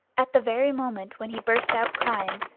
at the very moment when he burst out crying,